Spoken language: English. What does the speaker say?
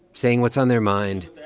saying what's on their mind,